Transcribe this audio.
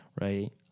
Right